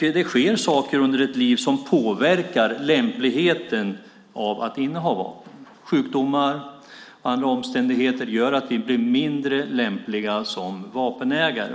Det sker saker under ett liv som påverkar lämpligheten att inneha vapen. Sjukdomar och andra omständigheter gör att vi blir mindre lämpliga som vapenägare.